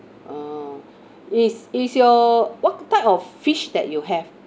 oh is is your what type of fish that you have